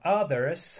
others